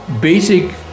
basic